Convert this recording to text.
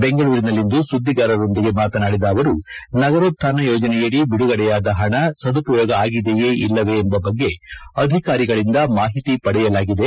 ಬೆಂಗಳೂರಿನಲ್ಲಿಂದು ಸುದ್ದಿಗಾರರೊಂದಿಗೆ ಮಾತನಾಡಿದ ಅವರು ನಗರೋತ್ತಾನ ಯೋಜನೆಯಡಿ ಬಿಡುಗಡೆಯಾದ ಹಣ ಸದುಪಯೋಗ ಆಗಿದೆಯೇ ಇಲ್ಲವೇ ಎಂಬ ಬಗ್ಗೆ ಅಧಿಕಾರಿಗಳಿಂದ ಮಾಹಿತಿ ಪಡೆಯಲಾಗಿದೆ